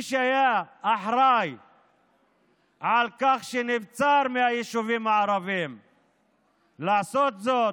מי שהיה אחראי לכך שנבצר מהיישובים הערבים לעשות זאת,